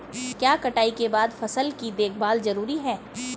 क्या कटाई के बाद फसल की देखभाल जरूरी है?